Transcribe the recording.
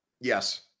Yes